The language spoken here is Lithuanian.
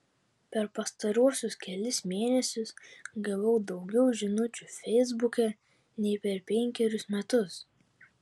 per pastaruosius kelis mėnesius gavau daugiau žinučių feisbuke nei per penkerius metus